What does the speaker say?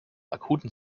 akuten